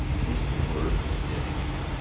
just the word of a dead indian,